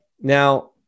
Now